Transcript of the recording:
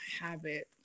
habit